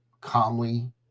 calmly